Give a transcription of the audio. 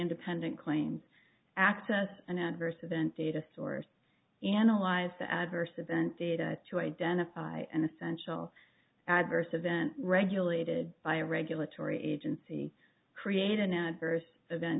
independent claims act as an adverse event data source analyze the adverse event data to identify an essential adverse event regulated by a regulatory agency create an adverse event